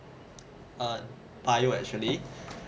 err bio actually